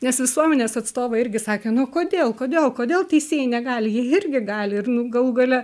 nes visuomenės atstovai irgi sakė nu kodėl kodėl kodėl teisėjai negali jie irgi gali ir nu galų gale